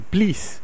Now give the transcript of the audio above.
Please